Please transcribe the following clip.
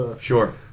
Sure